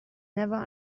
never